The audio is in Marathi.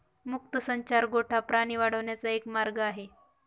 मुक्त संचार गोठा प्राणी वाढवण्याचा एक मार्ग आहे